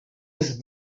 his